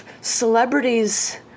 celebrities